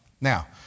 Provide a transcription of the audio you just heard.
Now